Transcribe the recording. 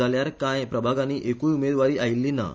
जाल्यार काय प्रभागानी एकूय उमेदवारी आयिल्ली ना